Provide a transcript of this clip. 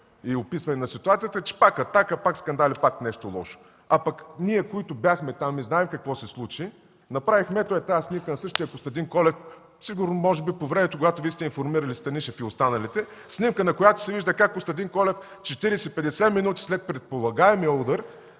при описване на ситуацията, че пак „Атака“, пак скандали, пак нещо лошо. А пък ние, които бяхме там, и знаем какво се случи, направихме ето тази снимка на същия Костадин Колев (показва снимка), сигурно може би по времето, когато Вие сте информирали Станишев и останалите – снимка, на която се вижда как Костадин Колев 40-50 минути след предполагаемия удар,